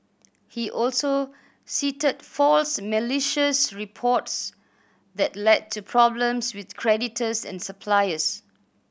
he also cited false malicious reports that led to problems with creditors and suppliers